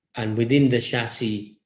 and within the chassis,